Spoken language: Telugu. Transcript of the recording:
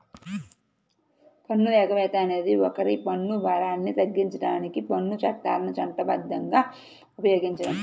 పన్ను ఎగవేత అనేది ఒకరి పన్ను భారాన్ని తగ్గించడానికి పన్ను చట్టాలను చట్టబద్ధంగా ఉపయోగించడం